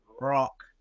rock